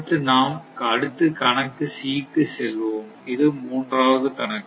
அடுத்து கணக்கு C க்கு செல்வோம் இது மூன்றாவது கணக்கு